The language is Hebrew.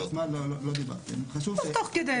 מזמן לא דיברתם, חשוב ש --- טוב, תוך כדי.